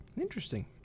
Interesting